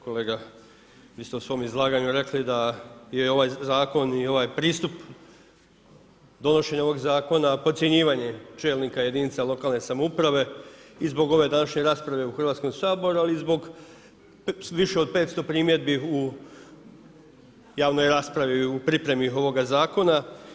Kolega vi ste u svom izlaganju rekli da je ovaj zakon i ovaj pristup donošenja ovoga zakona podcjenjivanje čelnika jedinica lokalne samouprave i zbog ove današnje rasprave u Hrvatskom saboru, ali i zbog više od 500 primjedbi u javnoj raspravi u pripremi ovoga zakona.